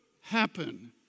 happen